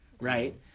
right